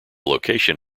location